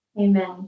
Amen